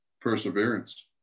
perseverance